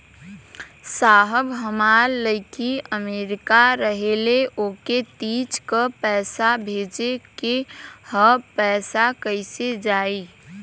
साहब हमार लईकी अमेरिका रहेले ओके तीज क पैसा भेजे के ह पैसा कईसे जाई?